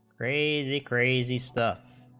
crazy crazy stuff